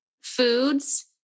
foods